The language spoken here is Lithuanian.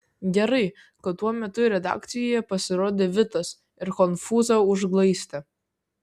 gerai kad tuo metu redakcijoje pasirodė vitas ir konfūzą užglaistė